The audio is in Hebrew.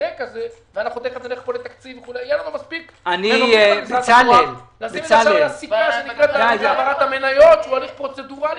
צודק הזה - יהיה מספיק לשים על הסיכה של העברת המניות שהוא הליך פרוצדורלי